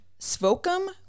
Svokum